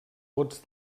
vots